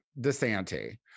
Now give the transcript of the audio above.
DeSanti